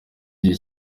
igihe